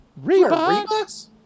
Reeboks